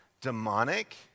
demonic